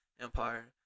Empire